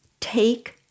take